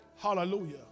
Hallelujah